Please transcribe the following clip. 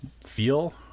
feel